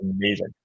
amazing